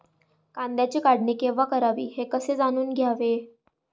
कांद्याची काढणी केव्हा करावी हे कसे जाणून घ्यावे?